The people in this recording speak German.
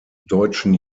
deutschen